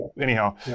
Anyhow